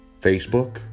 Facebook